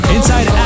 Inside